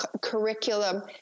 curriculum